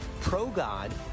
pro-God